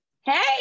Hey